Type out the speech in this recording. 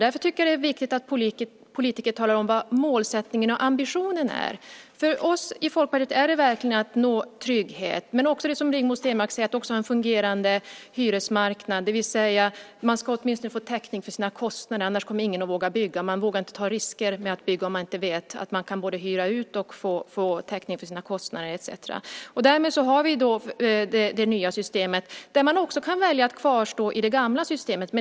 Därför tycker vi att politiker måste tala om vad målsättningen och ambitionen är. För oss i Folkpartiet är det verkligen att nå trygghet men också som Rigmor Stenmark sade att ha en fungerande hyresmarknad, det vill säga att man åtminstone ska ha täckning för sina kostnader. Annars kommer ingen att våga bygga. Man vågar inte ta risker med att bygga om man inte vet att man kan både hyra ut och få täckning för sina kostnader etcetera. Därmed har vi det nya systemet. Men man kan också välja att kvarstå i det gamla systemet.